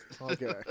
Okay